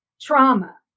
trauma